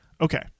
Okay